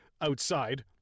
outside